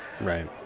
right